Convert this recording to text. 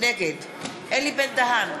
נגד יואב בן צור,